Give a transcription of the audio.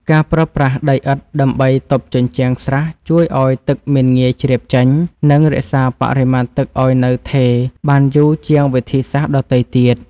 ការប្រើប្រាស់ដីឥដ្ឋដើម្បីទប់ជញ្ជាំងស្រះជួយឱ្យទឹកមិនងាយជ្រាបចេញ និងរក្សាបរិមាណទឹកឱ្យនៅថេរបានយូរជាងវិធីសាស្ត្រដទៃទៀត។